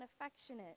affectionate